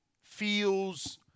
feels